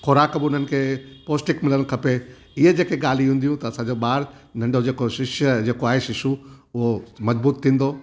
ख़ोराक बि हुननि खे पोष्टिक हुअणु खपे इहे जेके ॻाल्हियूं हूंदियूं त असांजो ॿारु जेको नंढो शिश आहे शिशु उहो मज़बूत थींदो